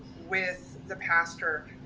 with the pastor,